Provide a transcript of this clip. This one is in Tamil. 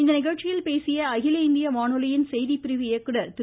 இந்நிகழ்ச்சியில் பேசிய அகில இந்திய வானொலியின் செய்திப்பிரிவு இயக்குநர் திரு